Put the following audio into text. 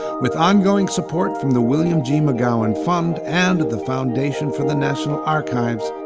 with ongoing support from the william g. mcgowan fund and the foundation for the national archives,